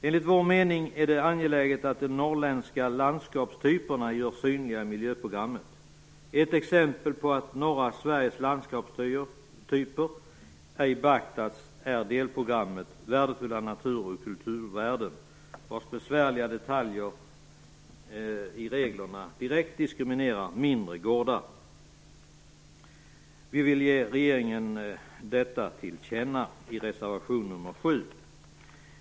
Enligt vår mening är det angeläget att de norrländska landskapstyperna görs synliga i miljöprogrammet. Ett exempel på att norra Sveriges landskapstyper ej har beaktats är delprogrammet Värdefulla natur och kulturvärden, vars besvärliga detaljer i reglerna direkt diskriminerar mindre gårdar. Vi vill ge regeringen detta till känna i reservation nr 7.